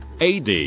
AD